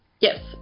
Yes